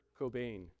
Cobain